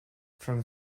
from